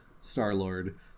Star-Lord